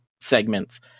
segments